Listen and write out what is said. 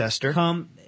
come